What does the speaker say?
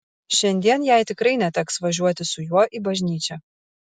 šiandien jai tikrai neteks važiuoti su juo į bažnyčią